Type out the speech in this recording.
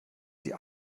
sie